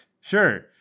Sure